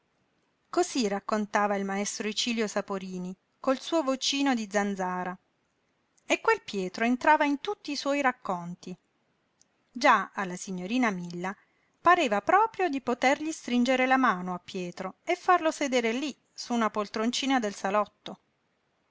cosí raccontava il maestro icilio saporini col suo vocino di zanzara e quel pietro entrava in tutti i suoi racconti già alla signorina milla pareva proprio di potergli stringere la mano a pietro e farlo sedere lí su una poltroncina del salotto